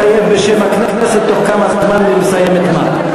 אתה לא יכול להתחייב בשם הכנסת בתוך כמה זמן היא מסיימת מה,